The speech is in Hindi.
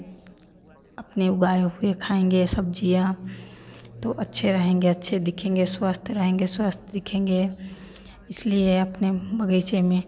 अपने उगाए हुए खाएँगे सब्ज़ियाँ तो अच्छे रहेंगे अच्छे दिखेंगे स्वस्थ रहेंगे स्वस्थ दिखेंगे इसलिए अपने बगीचे में